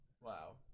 wow